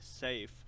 safe